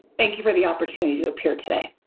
thank you for the opportunity to appear today.